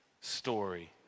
story